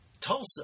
Tulsa